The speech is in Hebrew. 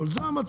אלא זה המצב.